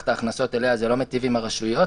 את ההכנסות אליה זה לא מיטיב עם הרשויות.